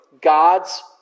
God's